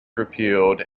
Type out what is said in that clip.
repealed